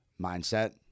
mindset